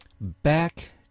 back